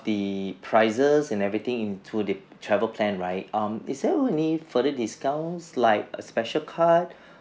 the prices and everything into the travel plan right um is there any further discounts like a special card